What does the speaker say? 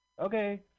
Okay